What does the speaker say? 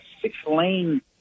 six-lane